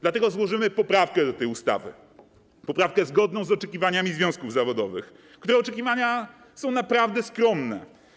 Dlatego złożymy poprawkę do tej ustawy, poprawkę zgodną z oczekiwaniami związków zawodowych, których oczekiwania są naprawdę skromne.